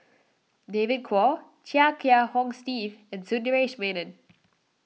David Kwo Chia Kiah Hong Steve and Sundaresh Menon